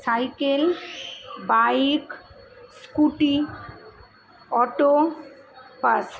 cycle bike scooty auto bus